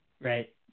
right